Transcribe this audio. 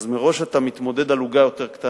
אז מראש אתה מתמודד על עוגה יותר קטנה.